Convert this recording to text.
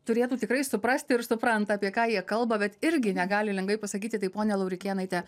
turėtų tikrai suprasti ir supranta apie ką jie kalba bet irgi negali lengvai pasakyti tai ponia laurikėnaite